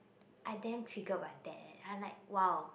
I damn triggered by that eh I like !wow!